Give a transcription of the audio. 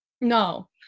No